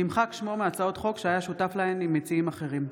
נמחק שמו מהצעות חוק שהיה שותף להן עם מציעים אחרים.